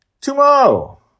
Tomorrow